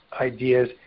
ideas